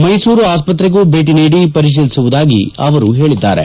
ಮೈಸೂರು ಆಸ್ಪತ್ರೆಗೂ ಭೇಟಿ ನೀಡಿ ಪರಿಶೀಲಿಸುವುದಾಗಿ ಅವರು ಹೇಳಿದ್ದಾರೆ